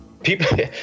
people